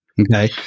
okay